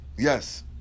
Yes